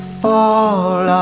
fall